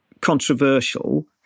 controversial